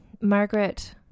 Margaret